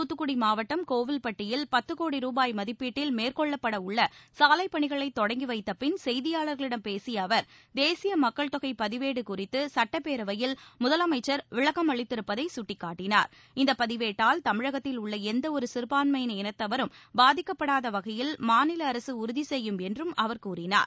தூத்துக்குடி மாவட்டம் கோவில்பட்டியில் கோடி ரூபாய் மதிப்பீட்டில் மேற்கொள்ளப்பட உள்ள சாலைப் பணிகளை தொடங்கி வைத்த பின் செய்தியாளர்களிடம் பேசிய அவர் தேசிய மக்கள் தொகை பதிவேடு குறித்து சுட்டப்பேரவையில் முதலமைச்சர் விளக்கமளித்திருப்பதை சுட்டிக்காட்டினார் இந்த பதிவேட்டால் தமிழகத்தில் உள்ள எந்தவொரு சிறுபான்மை இனத்தவரும் பாதிக்கப்படாத வகையில் மாநில அரசு உறுதி செய்யும் என்றும் அவர் தெரிவித்தார்